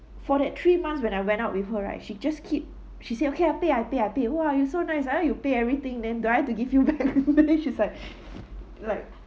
for that three months when I went out with her right she just keep she said okay I pay I pay I pay !wah! you so nice ah you pay everything then do I have to give you back she's like like